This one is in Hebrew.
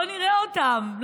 לא נראה אותם.